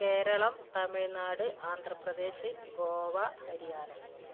Keralam Tamil Nadu Andhra Pradesh Goa Haryana